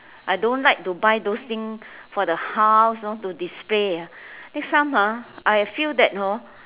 I don't like to buy those thing for the house you know to display next time ah I feel that hor